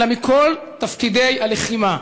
אלא מכל תפקידי הלחימה.